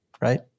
right